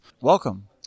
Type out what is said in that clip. Welcome